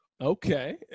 Okay